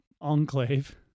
enclave